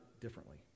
differently